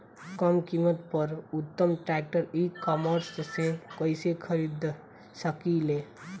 कम कीमत पर उत्तम ट्रैक्टर ई कॉमर्स से कइसे खरीद सकिले?